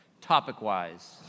topic-wise